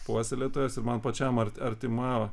puoselėtojas man pačiam ar artima